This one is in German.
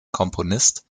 komponist